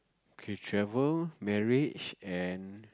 okay travel marriage and